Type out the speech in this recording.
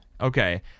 Okay